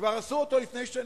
כבר עשו לפני שנים.